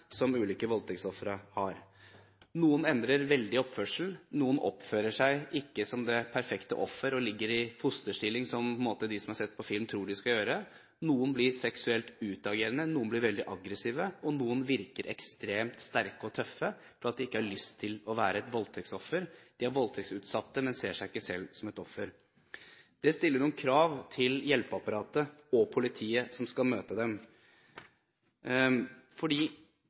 som ulike voldtektsofre har. Noen endrer veldig oppførsel, noen oppfører seg ikke som det perfekte offer og ligger i fosterstilling, som de som har sett det på film, tror de skal gjøre. Noen blir seksuelt utagerende, noen blir veldig aggressive, og noen virker ekstremt sterke og tøffe fordi de ikke har lyst til å være et voldtektsoffer. De er voldtektsutsatte, men ser seg ikke selv som et offer. Det stiller noen krav til hjelpeapparatet og politiet som skal møte dem,